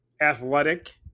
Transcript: athletic